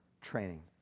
training